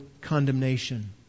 condemnation